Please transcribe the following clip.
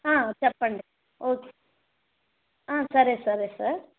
చెప్పండి ఓకే సరే సరే సార్